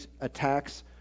attacks